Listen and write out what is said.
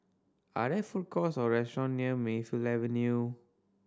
are there food courts or restaurant near Mayfield Avenue